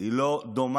היא לא דומה